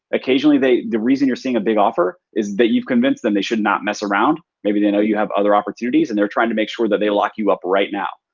occasionally the reason you're seeing a big offer is that you've convinced them they should not mess around. maybe they know you have other opportunities and they're trying to make sure that they lock you up right now.